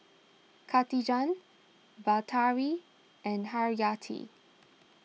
Katijah Batari and Haryati